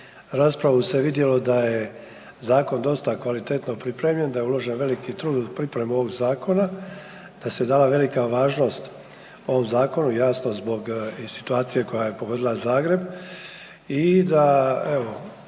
raspravu se vidjelo da je zakon dosta kvalitetno pripremljen, da je uložen veliki trud u pripremu ovog zakona. Da se dala velika važnost ovom zakonu, jasno zbog i situacije koja je pogodila Zagreb i da evo,